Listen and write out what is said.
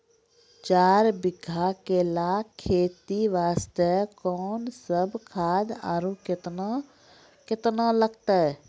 चार बीघा केला खेती वास्ते कोंन सब खाद आरु केतना केतना लगतै?